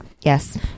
Yes